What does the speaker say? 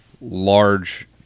large